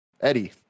Eddie